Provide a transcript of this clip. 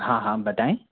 हाँ हाँ बताएं